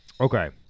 Okay